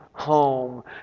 home